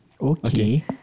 Okay